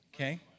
Okay